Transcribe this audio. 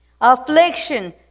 Affliction